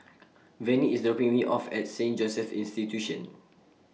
Venie IS dropping Me off At Saint Joseph's Institution